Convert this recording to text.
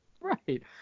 Right